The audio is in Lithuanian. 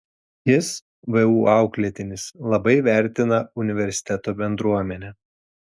jis vu auklėtinis labai vertina universiteto bendruomenę